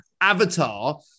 Avatar